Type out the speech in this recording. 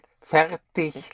fertig